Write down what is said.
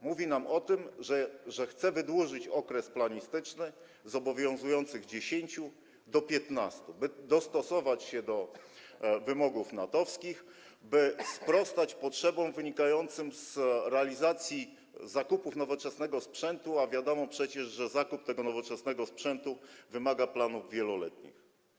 Mówi nam o tym, że chce wydłużyć okres planistyczny z obowiązujących 10 do 15 lat, by dostosować się do wymogów natowskich, by sprostać potrzebom wynikającym z realizacji zakupu nowoczesnego sprzętu, a wiadomo przecież, że zakup tego nowoczesnego sprzętu wymaga planów wieloletnich.